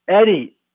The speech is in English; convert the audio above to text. Eddie